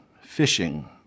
fishing